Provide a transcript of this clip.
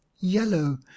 yellow